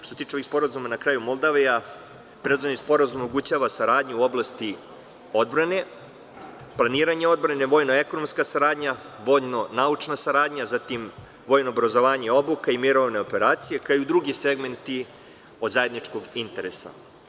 Što se tiče Sporazuma sa Moldavijom, predloženi Sporazum omogućava saradnju u oblasti odbrane, planiranje odbrane, vojno-ekonomska saradnja, vojno-naučna saradnja, zatim vojno obrazovanje i obuka i mirovne operacije, kao i drugi segmenti od zajedničkog interesa.